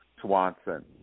Swanson